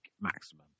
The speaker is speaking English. maximum